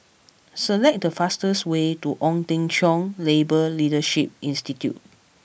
select the fastest way to Ong Teng Cheong Labour Leadership Institute